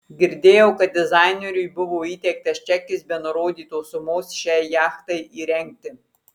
girdėjau kad dizaineriui buvo įteiktas čekis be nurodytos sumos šiai jachtai įrengti